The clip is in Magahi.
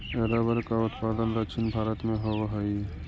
रबर का उत्पादन दक्षिण भारत में होवअ हई